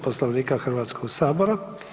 Poslovnika Hrvatskog sabora.